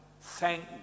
thank